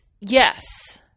yes